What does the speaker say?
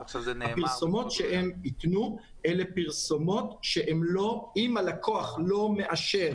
הפרסומות שהן יתנו הן פרסומות שאם הלקוח לא מאשר